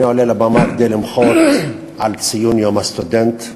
אני עולה לבמה כדי למחות על ציון יום הסטודנט.